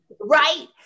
right